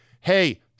Hey